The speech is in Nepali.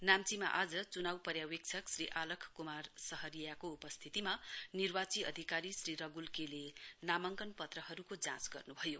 नाम्चीमा आज चुनाउ पर्यवेक्षक श्री आलक कुमार सहरियाको उपस्थितिमा निर्वाची अधिकारी श्री रघुल के ले नामाङ्कन पत्रहरूको जाँच गर्नु भयो